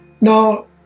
Now